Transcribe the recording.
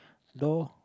no